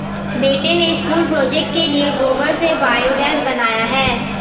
बेटे ने school project के लिए गोबर से बायोगैस बनाया है